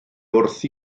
wrth